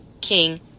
King